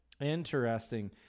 Interesting